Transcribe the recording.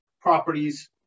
properties